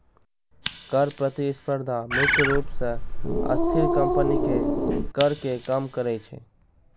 कर प्रतिस्पर्धा मुख्य रूप सं अस्थिर कंपनीक कर कें कम करै छै